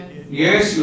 Yes